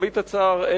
למרבה הצער,